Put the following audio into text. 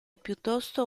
piuttosto